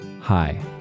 Hi